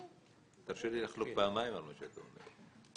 תרשה לי לחלוק פעמיים על מה שאתה אומר.